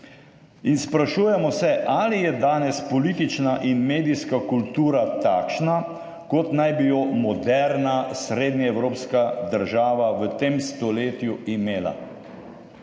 in sprašujemo se ali je danes politična in medijska kultura takšna kot naj bi jo moderna srednjeevropska država v tem stoletju imela.